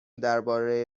درباره